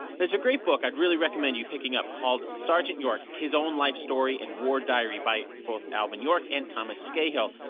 there's a great book that i'd really recommend you picking up called sergeant york his own life story and war diary by both alvin york and thomas skeyhill.